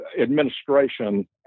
administration